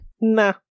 Nah